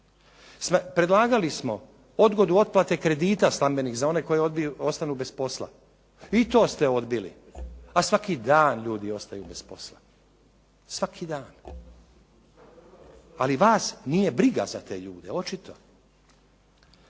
Predlagali smo odgodu otplate kredita stambenih za one koji ostanu bez posla. I to ste odbili. A svaki dan ljudi ostaju bez posla, svaki dan. Ali vas nije briga za te ljude očito.